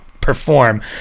perform